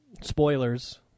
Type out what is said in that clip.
spoilers